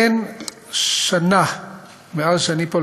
אין שנה מאז שאני פה,